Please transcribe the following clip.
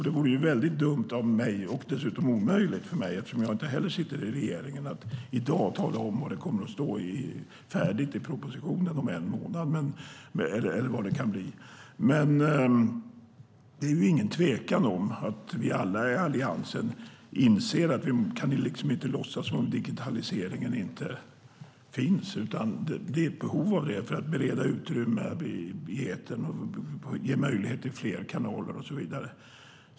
Det vore dumt och omöjligt av mig, eftersom inte heller jag sitter i regeringen, att i dag tala om vad som kommer att stå i den färdiga propositionen om en månad. Det råder inget tvivel om att vi alla i Alliansen inser att vi inte kan låtsas som att digitaliseringen inte finns. Det finns ett behov av den för att bereda utrymme i etern och ge möjlighet till fler kanaler och så vidare.